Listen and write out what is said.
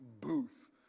booth